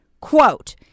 Quote